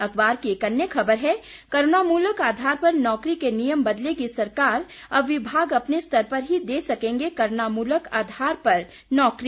अखबार की एक अन्य खबर है करूणामूलक आधार पर नौकरी के नियम बदलेगी सरकार अब विभाग अपने स्तर पर ही दे सकेंगे करूणामूलक आधार पर नौकरी